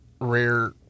rare